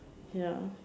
ya